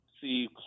see